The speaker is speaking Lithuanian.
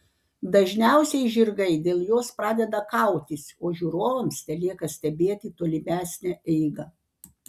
dažniausiai žirgai dėl jos pradeda kautis o žiūrovams telieka stebėti tolimesnę eigą